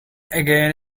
again